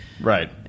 Right